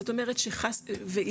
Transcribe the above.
זאת אומרת יש ריקושטים,